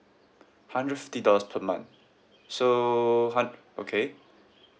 hundred fifty dollars per month so hund~ okay